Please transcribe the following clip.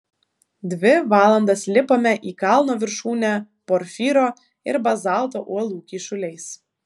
dvi valandas lipome į kalno viršūnę porfyro ir bazalto uolų kyšuliais